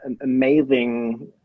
amazing